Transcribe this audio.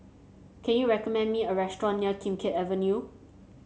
can you recommend me a restaurant near Kim Keat Avenue